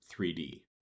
3D